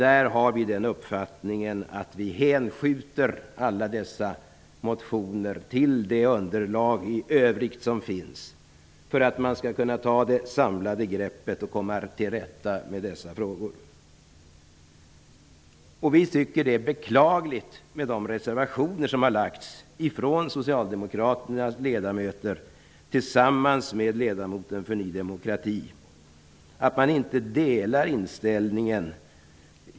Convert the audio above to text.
Vi har den uppfattningen att alla dessa motioner skall hänskjutas till det underlag i övrigt som finns, för att man skall kunna ta det samlade greppet och komma till rätta med dessa frågor. Det är beklagligt att de socialdemokratiska ledamöterna och ledamoten från Ny demokrati inte delar vår inställning.